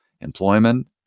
employment